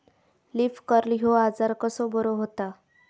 Leaf curl ह्यो आजार कसो बरो व्हता?